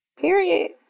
Period